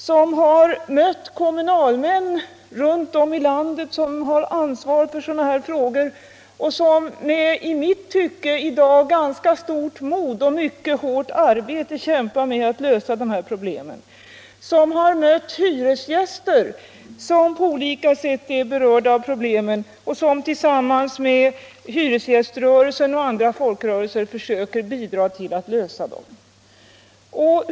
Vi har runt om i landet träffat kommunalmän med ansvar för sådana här frågor — kommunalmän som med i mitt tycke ganska stort mod och hårt arbete kämpar för att lösa problemen. Vi har också träffat boende som på olika sätt är berörda och som tillsammans med hyresgäströrelsen och andra folkrörelser har försökt och försöker bidra till en lösning.